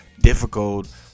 difficult